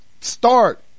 start